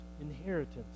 inheritance